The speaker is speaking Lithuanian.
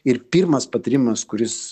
ir pirmas patarimas kuris